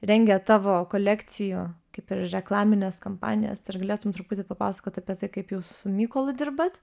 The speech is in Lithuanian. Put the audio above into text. rengia tavo kolekcijų kaip ir reklamines kampanijas ir galėtum truputį papasakot apie tai kaip jūs su mykolu dirbat